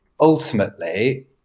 ultimately